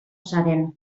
zaren